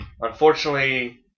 unfortunately